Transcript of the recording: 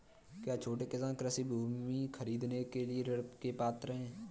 क्या छोटे किसान कृषि भूमि खरीदने के लिए ऋण के पात्र हैं?